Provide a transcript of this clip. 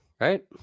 right